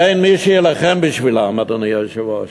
אין מי שיילחם בשבילם, אדוני היושב-ראש.